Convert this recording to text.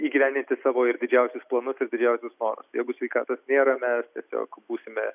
įgyvendinti savo ir didžiausius planus ir didžiausius norus jeigu sveikatos nėra mes tiesiog būsime